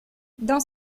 dans